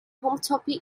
homotopy